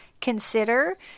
consider